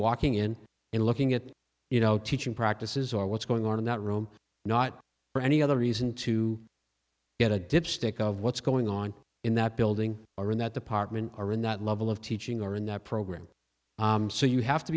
walking in and looking at you know teaching practices or what's going on in that room not for any other reason to get a dipstick of what's going on in that building or in that department or in that level of teaching or in that program so you have to